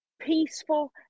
peaceful